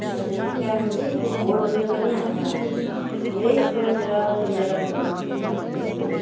अन्त त्यही कारण चाहिँ यो भोट दिन पनि अब धेरै सोचेर बुझेर भोट दिनुपर्ने रहेछ